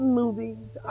movies